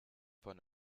von